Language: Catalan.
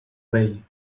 rei